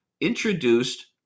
introduced